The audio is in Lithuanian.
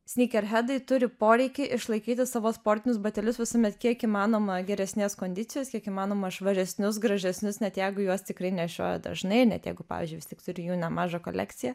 snykerhedai turi poreikį išlaikyti savo sportinius batelius visuomet kiek įmanoma geresnės kondicijos kiek įmanoma švaresnius gražesnius net jeigu juos tikrai nešioja dažnai net jeigu pavyzdžiui vis tik turi jų nemažą kolekciją